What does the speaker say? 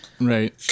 Right